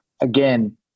again